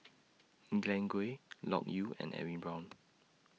Glen Goei Loke Yew and Edwin Brown